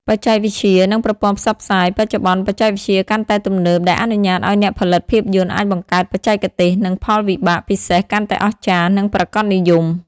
បច្ចេកវិទ្យា និងប្រព័ន្ធផ្សព្វផ្សាយ បច្ចុប្បន្នបច្ចេកវិទ្យាកាន់តែទំនើប ដែលអនុញ្ញាតឱ្យអ្នកផលិតភាពយន្តអាចបង្កើត បច្ចេកទេស និង ផលវិបាកពិសេសកាន់តែអស្ចារ្យនិងប្រាកដនិយម។